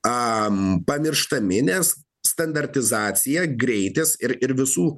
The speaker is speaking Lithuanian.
pamirštami nes standartizacija greitis ir ir visų